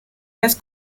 las